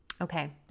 Okay